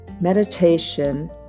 Meditation